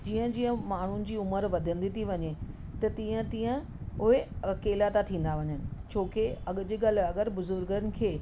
जीअं जीअं माण्हुनि जी उमिरि वधंदी थी वञे त तीअं तीअं उहे अकेला था थींदा वञनि छो के अॻ जी ॻाल्हि आहे अगरि बुज़ुर्गनि खे